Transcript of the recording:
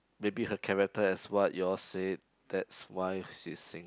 maybe her character as what you all said that's why she single